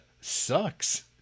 sucks